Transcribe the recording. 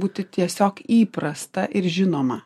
būti tiesiog įprasta ir žinoma